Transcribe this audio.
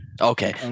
Okay